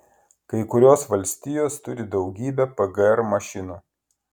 kai kurios valstijos turi daugybę pgr mašinų